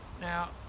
now